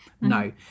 no